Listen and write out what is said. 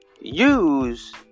use